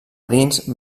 dins